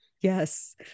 Yes